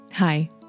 Hi